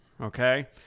Okay